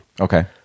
Okay